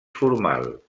formal